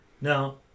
Now